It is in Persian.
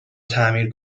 تعمیر